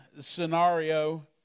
scenario